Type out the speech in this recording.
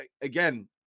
again